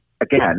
again